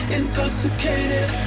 intoxicated